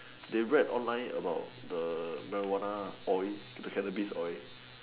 they read online about the marijuana oil to the cannabis oil